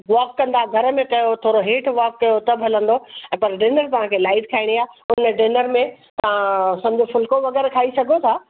walk कंदा घर में कयो थोड़ो हेठि वॉक कयो त बि हलंदो ऐं पर डिनर तांखे लाइट खाइणी आहे हुन डिनर में तव्हां समुझ फुलको वग़ैरह खाई सघो था